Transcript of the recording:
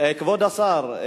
כבוד השר,